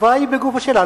התשובה היא בגוף השאלה.